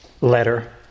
letter